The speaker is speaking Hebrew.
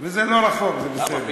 וזה לא רחוק, זה בסדר.